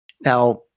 Now